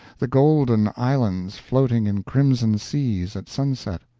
the golden islands floating in crimson seas at sunset,